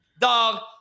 dog